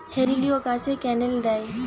হেলিলিও গাছে ক্যানেল দেয়?